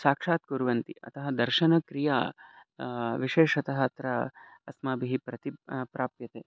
साक्षात् कुर्वन्ति अतः दर्शनक्रिया विशेषतः अत्र अस्माभिः प्रति प्राप्यते